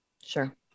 Sure